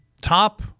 top